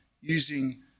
using